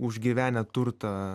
užgyvenę turtą